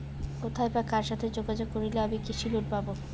কোথায় বা কার সাথে যোগাযোগ করলে আমি কৃষি লোন পাব?